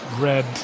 red